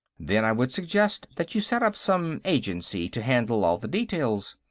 then, i would suggest that you set up some agency to handle all the details.